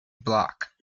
block